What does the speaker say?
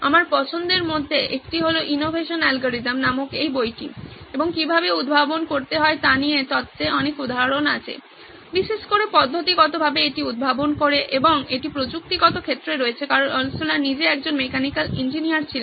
আমার পছন্দের মধ্যে একটি হলো ইনোভেশন অ্যালগরিদম নামক এই বইটি এবং কীভাবে উদ্ভাবন করতে হয় তা নিয়ে তত্ত্বে অনেক উদাহরণ আছে বিশেষ করে পদ্ধতিগতভাবে এটি উদ্ভাবন করে এবং এটি প্রযুক্তিগত ক্ষেত্রে রয়েছে কারণ আল্টশুলার নিজে একজন মেকানিক্যাল ইঞ্জিনিয়ার ছিলেন